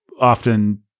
often